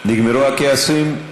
נגמרו הכעסים?